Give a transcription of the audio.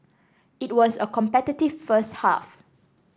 it was a competitive first half